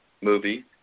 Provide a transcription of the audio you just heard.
movie